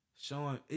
showing